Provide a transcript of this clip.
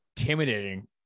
intimidating